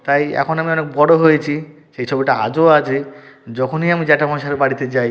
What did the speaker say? তাই এখন আমি অনেক বড়ো হয়েছি সেই ছবিটা আজও আছে যখনই আমি জ্যাঠামশাইয়ের বাড়িতে যাই